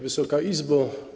Wysoka Izbo!